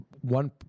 one